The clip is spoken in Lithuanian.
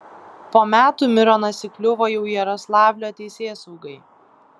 po metų mironas įkliuvo jau jaroslavlio teisėsaugai